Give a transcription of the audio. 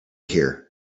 here